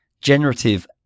generative